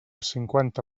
cinquanta